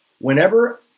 whenever